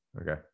Okay